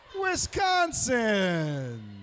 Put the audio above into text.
Wisconsin